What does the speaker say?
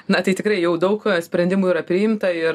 na tai tikrai jau daug sprendimų yra priimta ir